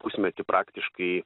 pusmetį praktiškai